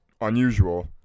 unusual